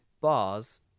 bars